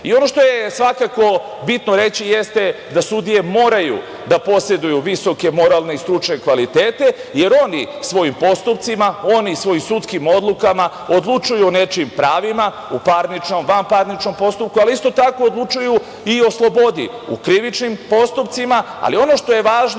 što je svakako bitno reći jeste da sudije moraju da poseduju visoke moralne i stručne kvalitete, jer oni svojim postupcima, oni svojim sudskim odlukama odlučuju o nečijim pravima u parničnim, vanparničnim postupcima, ali isto tako i o slobodi, u krivičnim postupcima. Ono što je važno